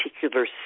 particular